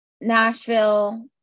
Nashville